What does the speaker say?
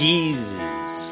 Jesus